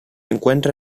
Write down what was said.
encuentra